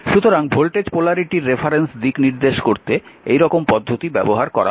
সুতরাং ভোল্টেজ পোলারিটির রেফারেন্স দিক নির্দেশ করতে এই রকম পদ্ধতি ব্যবহার করা হয়